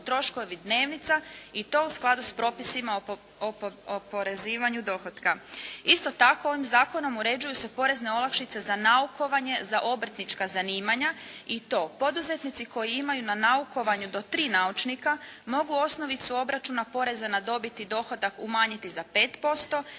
te troškovi dnevnica i to u skladu s propisima o porezivanju dohotka. Isto tako ovim Zakonom uređuju se porezne olakšice za naukovanje, za obrtnička zanimanja i to poduzetnici koji imaju na naukovanju do tri naučnika mogu osnovicu obračuna poreza na dobit i dohodak umanjiti za 5%,